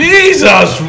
Jesus